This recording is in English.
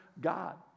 God